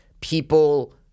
people